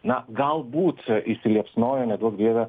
na galbūt įsiliepsnojo neduok dieve